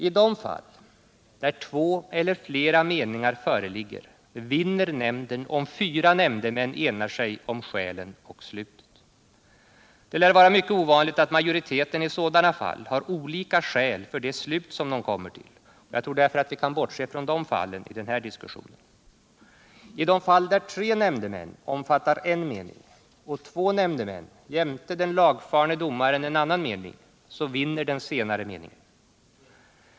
I de fall där två eller flera meningar föreligger vinner nämnden om fyra nämndemän enar sig om skälen och slutet. Det lär vara mycket ovanligt att majoriteten i sådana fall har olika skäl för de slut som den kommer till, och jag tror därför att vi kan bortse från de fallen i den här diskussionen. Då tre nämndemän omfattar en mening och två nämndemän jämte den lagfarne domaren en annan, så vinner den senare meningen.